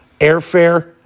Airfare